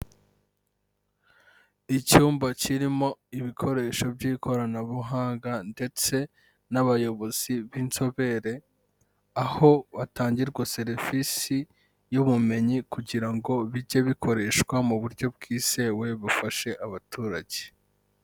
Icyumba kirimo ibikoresho by'ikoranabuhanga ndetse n'abayobozi b'inzobere, aho hatangirwa serivisi y'ubumenyi kugira ngo bijye bikoreshwa mu buryo bwizewe bufashe abaturage.